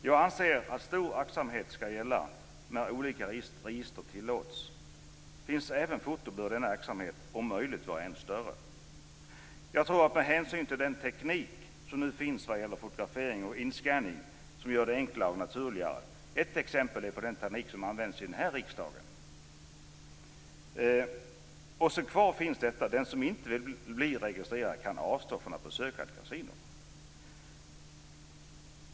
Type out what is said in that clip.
Jag anser att stor aktsamhet skall gälla när olika register tillåts. Finns även foto bör denna aktsamhet om möjligt vara ännu större. Jag tror att den teknik som nu finns vad gäller fotografering och inskanning gör detta enklare och naturligare. Ett exempel är den teknik som används här i riksdagen. Kvar står att den som inte vill bli registrerad kan avstå från att besöka ett kasino.